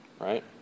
Right